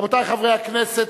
רבותי חברי הכנסת,